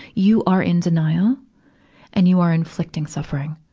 you are in denial and you are inflicting suffering.